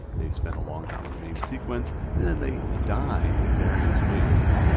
they spend a long time on the main sequence and then they die in various ways.